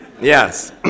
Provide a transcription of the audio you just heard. Yes